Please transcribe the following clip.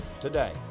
today